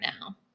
now